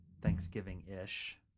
Thanksgiving-ish